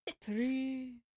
Three